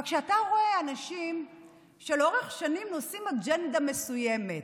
אבל כשאתה רואה אנשים שלאורך שנים נושאים אג'נדה מסוימת,